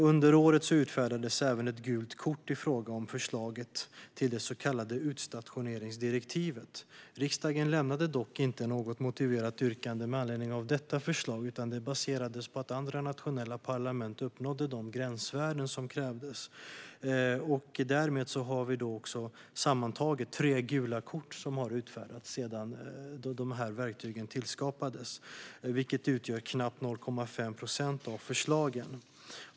Under året utfärdades även ett gult kort i fråga om förslaget till det så kallade utstationeringsdirektivet. Riksdagen lämnade dock inte något motiverat yttrande med anledning av detta förslag, utan det baserades på att andra nationella parlament uppnådde de gränsvärden som krävdes. Därmed har sammanlagt tre gula kort utfärdats sedan dessa verktyg tillskapades, vilket motsvarar knappt 0,5 procent av förslagen.